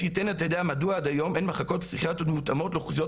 יש לתת את הדעת מדוע עד היום אין מחלקות פסיכיאטריות מותאמות לאוכלוסיות